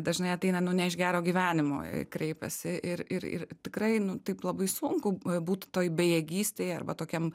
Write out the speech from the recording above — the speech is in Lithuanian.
dažnai ateina nu ne iš gero gyvenimo kreipėsi ir ir ir tikrai nu taip labai sunku būt toj bejėgystėje arba tokiam